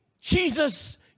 Jesus